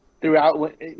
throughout